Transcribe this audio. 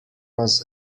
was